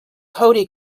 cody